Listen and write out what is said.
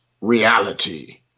reality